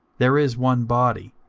there is one body,